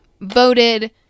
voted